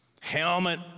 helmet